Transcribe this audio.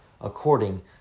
according